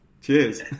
Cheers